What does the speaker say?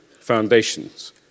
foundations